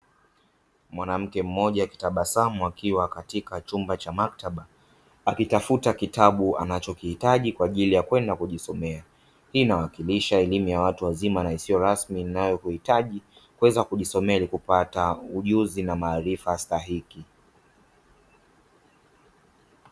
Mwanamke mmoja akitabasamu akiwa katika chumba cha maktaba akitafuta kitabu anachokihitaji kwa ajili ya kwenda kujisomea. Hii inawakilisha elimu ya watu wazima na isiyo rasmi inayokuhitaji kuweza kujisomea ili kupata ujuzi na maarifa stahiki.